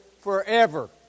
forever